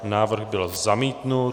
Návrh byl zamítnut.